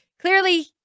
Clearly